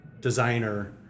designer